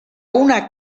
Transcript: una